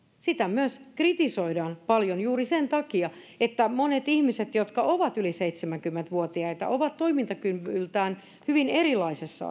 sitä myös kritisoidaan paljon juuri sen takia että monet ihmiset jotka ovat yli seitsemänkymmentä vuotiaita ovat toimintakyvyltään hyvin erilaisissa